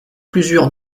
plusieurs